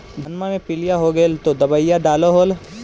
धनमा मे पीलिया हो गेल तो दबैया डालो हल?